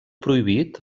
prohibit